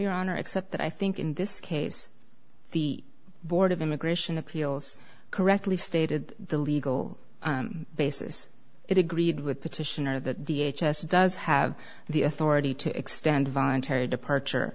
your honor except that i think in this case the board of immigration appeals correctly stated the legal basis it agreed with petitioner that the h s does have the authority to extend voluntary departure